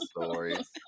stories